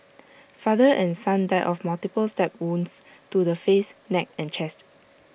father and son died of multiple stab wounds to the face neck and chest